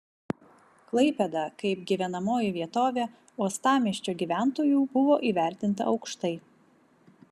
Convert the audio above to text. klaipėda kaip gyvenamoji vietovė uostamiesčio gyventojų buvo įvertinta aukštai